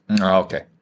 okay